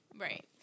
Right